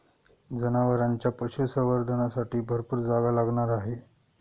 जनावरांच्या पशुसंवर्धनासाठी भरपूर जागा लागणार आहे